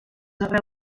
arreu